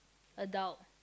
adult